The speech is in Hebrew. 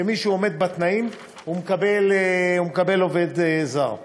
כשמישהו עומד בתנאים, הוא מקבל עובד זר.